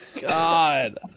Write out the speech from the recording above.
God